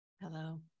Hello